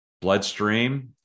bloodstream